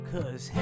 Cause